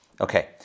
Okay